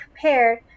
compared